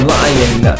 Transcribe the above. lying